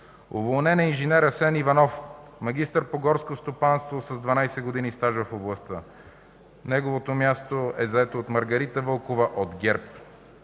Уволнен е инж. Асен Иванов – магистър по горско стопанство, с 12 години стаж в областта. Неговото място е заето от Маргарита Вълкова от ГЕРБ.